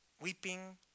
Weeping